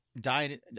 died